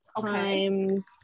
times